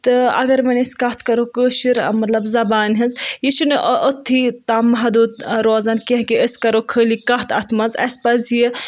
تہٕ اگر وۄنۍ أسۍ کَتھ کَرو کٲشِر مطلب زبانہِ ہٕنٛز یہِ چھَنہٕ او اوتھٕے تام مہدوٗد روزان کیٚنٛہہ کہِ أسۍ کَرو خٲلی کَتھ اَتھ منٛز اَسہِ پَزِ یہِ